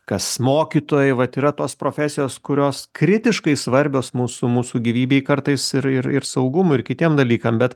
kas mokytojai vat yra tos profesijos kurios kritiškai svarbios mūsų mūsų gyvybei kartais ir ir ir saugumui ir kitiem dalykam bet